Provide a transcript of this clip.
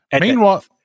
Meanwhile